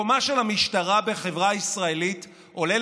מקומה של המשטרה בחברה הישראלית עולה